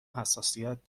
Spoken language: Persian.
حساسیت